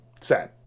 Sad